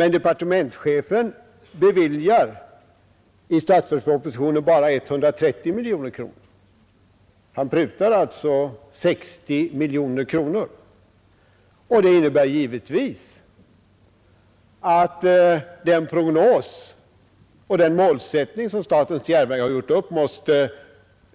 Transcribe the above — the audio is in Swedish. Men departementschefen tillstyrkar i statsverkspropositionen bara 130 miljoner kronor. Han prutar alltså 60 miljoner kronor. Det innebär givetvis att den prognos och den målsättning som statens järnvägar gjort upp